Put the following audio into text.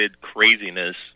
craziness